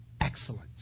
excellence